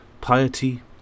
Piety